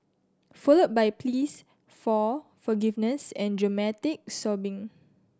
followed by pleas for forgiveness and dramatic sobbing